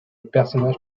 personnage